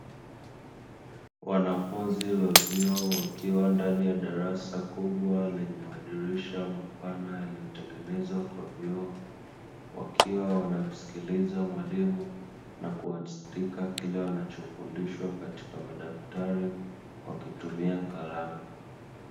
Wanafunzi wa vyuo wakiwa ndani ya darasa kubwa lenye madirisha mapana yaliyo tengenezwa kwa vioo, wakiwa wanamsikiliza mwalimu, na kuandika kila wanachofundishwa katika madaftari wakitumia kalamu.